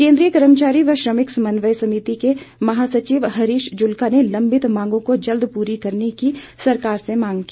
केंद्रीय कर्मचारी व श्रमिक समन्वय समिति के महासचिव हरीश जुल्का ने लंबित मांगों को जल्द पूरी करने की सरकार से मांग की